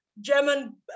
German